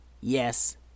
Yes